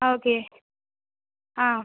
okay ஆ